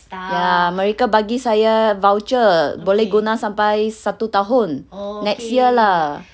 ya mereka bagi saya voucher boleh guna sampai satu tahun next year lah